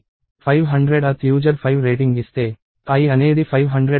500th user 5 rating ఇస్తే i అనేది 500 అవుతుంది